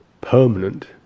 permanent